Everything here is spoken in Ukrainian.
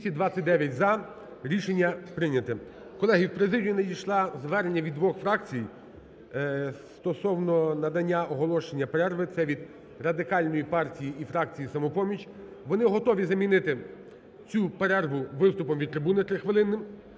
Вони готові замінити цю перерву виступом від трибуни трихвилинним.